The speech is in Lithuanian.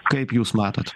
kaip jūs matot